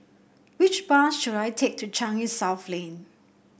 which bus should I take to Changi South Lane